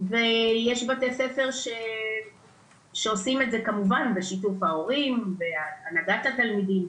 ויש בתי ספר שעושים את זה כמובן בשיתוף ההורים והנהגת התלמידים,